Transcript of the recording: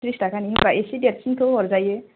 थ्रिस थाखानि होनबा एसे देरसिनखौ हरजायो